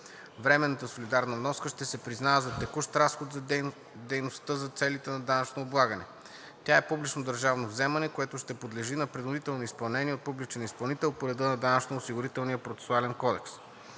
Временната солидарна вноска ще се признава за текущ разход за дейността за целите на данъчното облагане. Тя е публично държавно вземане, което ще подлежи на принудително изпълнение от публичен изпълнител по реда на Данъчно-осигурителния процесуален кодекс.